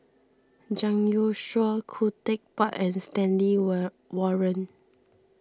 Zhang Youshuo Khoo Teck Puat and Stanley war Warren